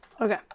Okay